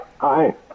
Hi